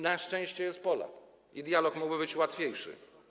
na szczęście jest Polak i dialog mógłby być łatwiejszy.